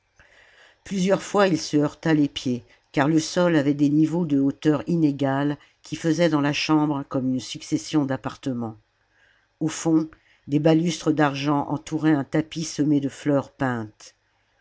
plusieurs fois il se heurta les pieds car le sol avait des niveaux de hauteur inégale qui faisaient dans la chambre comme une succession d'appartements au fond des balustres d'argent entouraient un tapis semé de fleurs peintes